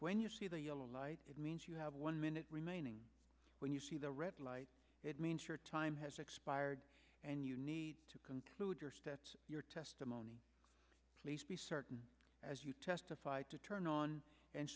when you see the yellow light it means you have one minute remaining when you see the red light it means your time has expired and you need to continue your steps your testimony please be certain as you testified to turn on and